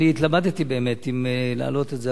התלבטתי באמת אם להעלות את זה,